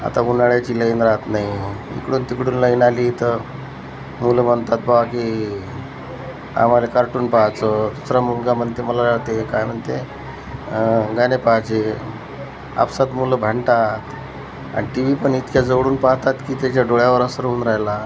आता उन्हाळ्याची लाईन राहत नाही इकडून तिकडून लाईन आली तर मुलं म्हणतात बुवा की आम्हाला कार्टून पहायचं दुसरा मुलगा म्हणतो मला ते काय म्हणतो गाणे पहायचे आपापसात मुलं भांडतात आणि टी व्ही पण इतक्या जवळून पाहतात की त्यांच्या डोळ्यांवर असर होऊन राहिला